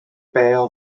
bêl